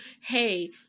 hey